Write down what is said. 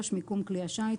מיקום כלי השיט.